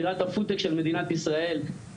בירת הפודטק של מדינת ישראל.